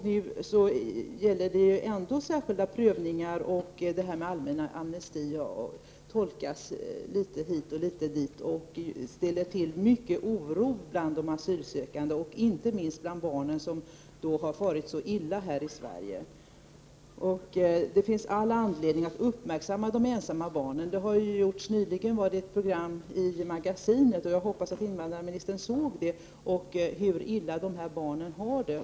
Nu görs ändå särskilda prövningar, och den allmänna amnestin tolkas litet hit och dit och ställer till mycken oro bland de asylsökande, inte minst bland barnen, som har farit så illa här i Sverige. Det finns all anledning att uppmärksamma de ensamma barnen. Det var nyligen ett program i TV:s Magasinet, som jag hoppas att invandrarministern såg, som visade hur dåligt dessa barn har det.